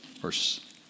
verse